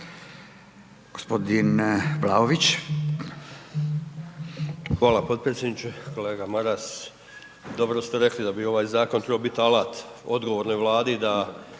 Hvala